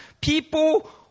People